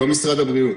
לא משרד הבריאות.